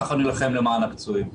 ככה נילחם למען הפצועים.